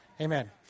Amen